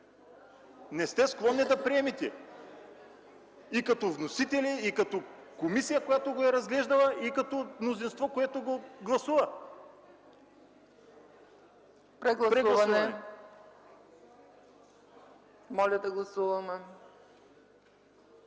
не сте склонни да приемете и като вносители, и като комисия, която го е разглеждала, и като мнозинство, което го гласува. ПРЕДСЕДАТЕЛ ЦЕЦКА ЦАЧЕВА: Прегласуване.